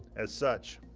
as such.